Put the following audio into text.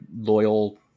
loyal